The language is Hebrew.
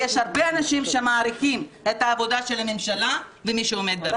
יש הרבה אנשים שמעריכים את העבודה של הממשלה ושל מי שעומד בראשה.